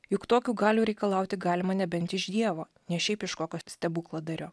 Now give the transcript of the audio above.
juk tokių galių reikalauti galima nebent iš dievo ne šiaip iš kokio stebukladario